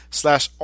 slash